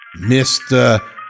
Mr